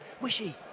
Wishy